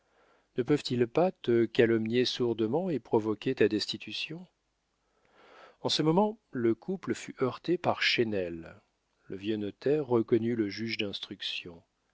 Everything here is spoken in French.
ne peuvent-ils pas te calomnier sourdement et provoquer ta destitution en ce moment le couple fut heurté par chesnel le vieux notaire reconnut le juge d'instruction